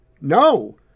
No